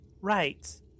Right